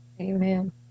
Amen